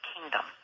kingdom